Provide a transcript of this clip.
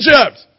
Egypt